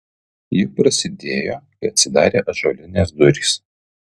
ji prasidėjo kai atsidarė ąžuolinės durys